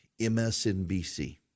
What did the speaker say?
MSNBC